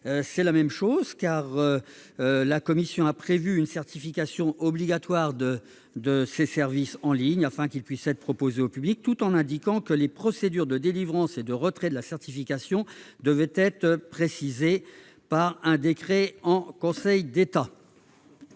n° 14 rectifié : la commission a prévu une certification obligatoire de ces services en ligne afin qu'ils puissent être proposés au public, tout en indiquant que les modalités des procédures de délivrance et de retrait de la certification devront être précisées par un décret en Conseil d'État.